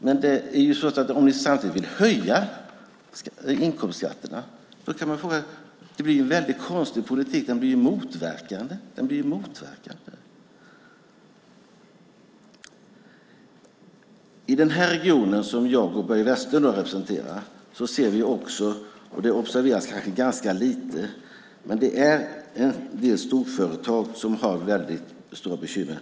Men om ni samtidigt vill höja inkomstskatterna blir det en väldigt konstig politik. Den blir motverkande. I den region som jag och Börje Vestlund representerar ser vi också något som kanske observeras ganska lite. Det är en del storföretag som har väldigt stora bekymmer.